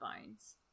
bones